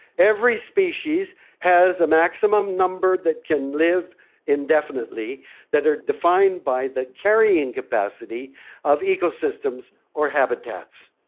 every species has a maximum number that can live indefinitely that are defined by the carrying capacity of ecosystems or habitats.